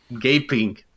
gaping